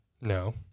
No